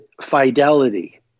fidelity